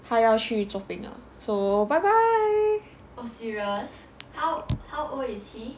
他要去做兵了 so bye bye